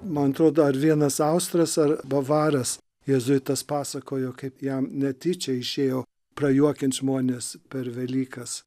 man atrodo ar vienas austras ar bavaras jėzuitas pasakojo kaip jam netyčia išėjo prajuokint žmones per velykas